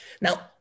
Now